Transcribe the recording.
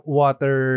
water